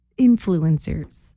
influencers